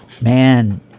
man